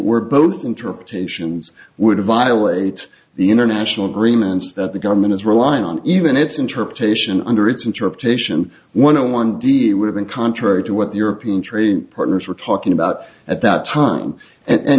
we're both interpretations would violate the international agreements that the government is relying on even its interpretation under its interpretation one on one deal would have been contrary to what the european trading partners were talking about at that time and